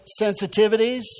sensitivities